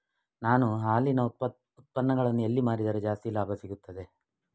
ನಾನು ಹಾಲಿನ ಉತ್ಪನ್ನಗಳನ್ನು ಎಲ್ಲಿ ಮಾರಿದರೆ ಜಾಸ್ತಿ ಲಾಭ ಸಿಗುತ್ತದೆ?